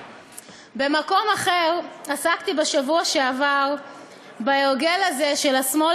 במקום אחר עסקתי בשבוע שעבר בהרגל הזה של השמאל